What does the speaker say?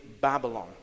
Babylon